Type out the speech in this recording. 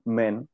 men